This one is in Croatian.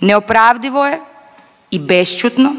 Neopravdivo je i bešćutno